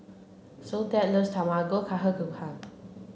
Soledad loves Tamago Kake Gohan